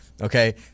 Okay